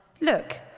Look